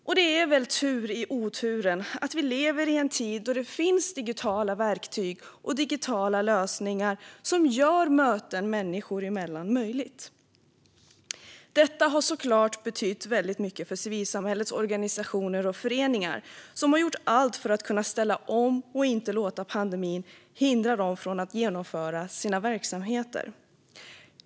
Och det är väl tur i oturen att vi lever i en tid då det finns digitala verktyg och lösningar som gör möten människor emellan möjliga. Detta har såklart betytt väldigt mycket för civilsamhällets organisationer och föreningar som har gjort allt för att kunna ställa om och inte låta pandemin hindra dem från att genomföra sina verksamheter.